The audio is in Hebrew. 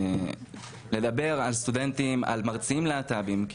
לדבר על סטודנטים ועל מרצים להט"בים.